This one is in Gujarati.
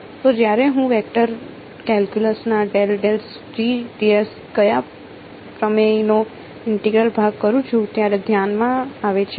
તો જ્યારે હું વેક્ટર કેલ્ક્યુલસ ના કયા પ્રમેયનો ઇન્ટેગ્રલ ભાગ કરું છું ત્યારે ધ્યાનમાં આવે છે